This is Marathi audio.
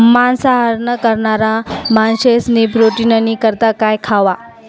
मांसाहार न करणारा माणशेस्नी प्रोटीननी करता काय खावा